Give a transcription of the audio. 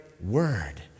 word